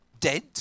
dead